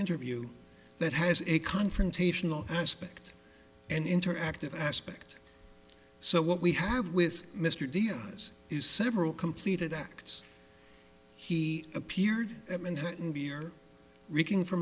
interview that has a confrontational aspect and interactive aspect so what we have with mr diaz is several completed acts he appeared at minton beer reeking for